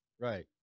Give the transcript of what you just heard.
Right